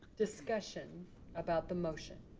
discussion about the motion.